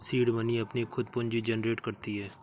seed money अपनी खुद पूंजी जनरेट करती है